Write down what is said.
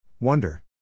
Wonder